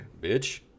Bitch